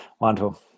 Wonderful